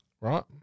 Right